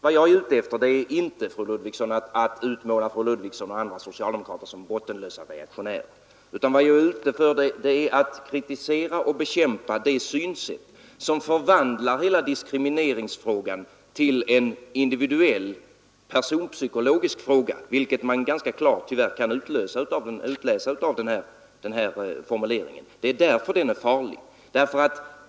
Vad jag är ute efter, fru Ludvigsson, är inte att utmåla fru Ludvigsson och andra socialdemokrater som bottenlösa reaktionärer, utan jag är ute för att kritisera och bekämpa det synsätt som förvandlar hela diskrimineringsfrågan till en individuell personpsykologisk fråga, vilket man tyvärr ganska klart kan utläsa av den här formuleringen. Det är därför den är farlig.